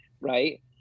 right